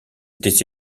étaient